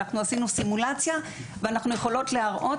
אנחנו עשינו סימולציה ואנחנו יכולות להראות